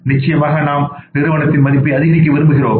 நிச்சயமாக நாம் நிறுவனத்தின் மதிப்பை அதிகரிக்க விரும்புகிறோம்